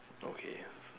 okay